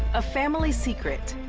a family secret